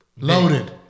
Loaded